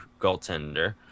goaltender